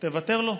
תוותר לו?